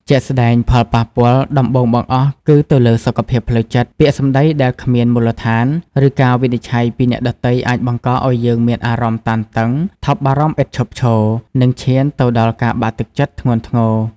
ជាក់ស្ដែង ផលប៉ះពាល់ដំបូងបង្អស់គឺទៅលើសុខភាពផ្លូវចិត្ត ពាក្យសម្ដីដែលគ្មានមូលដ្ឋាន ឬការវិនិច្ឆ័យពីអ្នកដទៃអាចបង្កឱ្យយើងមានអារម្មណ៍ តានតឹង ថប់បារម្ភឥតឈប់ឈរ និងឈានទៅដល់ការបាក់ទឹកចិត្ត ធ្ងន់ធ្ងរ។